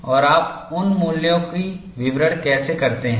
और आप उन मूल्यों की विवरण कैसे करते हैं